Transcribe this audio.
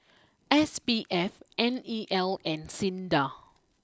S P F N E L and SINDA